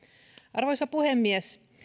arvoisa puhemies